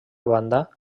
banda